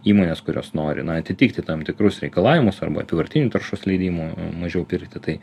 įmonės kurios nori na atitikti tam tikrus reikalavimus arba apyvartinių taršos leidimų mažiau pirkti tai